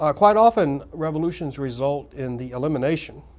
ah quite often revolutions result in the elimination